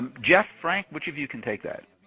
jeff, frank, which of you can take that?